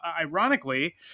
ironically